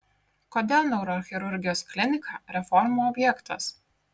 kodėl neurochirurgijos klinika reformų objektas